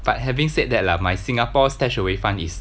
but having said that lah my Singapore stash away fund is